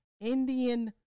Indian